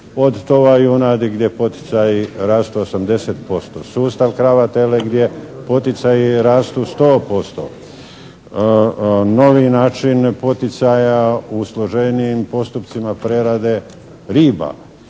od tova junadi gdje poticaji rastu 80%. Sustav krava tele gdje poticaji rastu 100%. Novi način poticaja u složenijim postupcima prerade riba